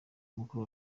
mukuru